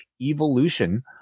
Evolution